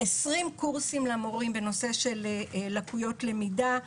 20 קורסים למורים בנושא של לקויות למידה,